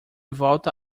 volta